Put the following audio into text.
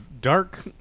dark